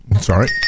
sorry